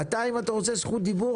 אם אתה רוצה עכשיו זכות דיבור,